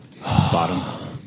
bottom